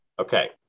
Okay